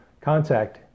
Contact